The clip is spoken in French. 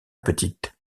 petite